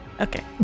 Okay